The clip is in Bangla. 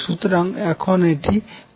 সুতরাং এখন এটি করা যাক